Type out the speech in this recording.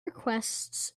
requests